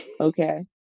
Okay